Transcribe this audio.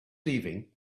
leaving